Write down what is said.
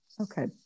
Okay